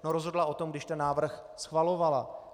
Rozhodla o tom, když ten návrh schvalovala.